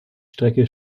strecke